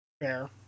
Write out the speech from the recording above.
Fair